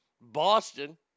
Boston